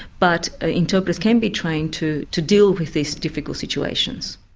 but interpreters can be trained to to deal with these difficult situations.